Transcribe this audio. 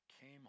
came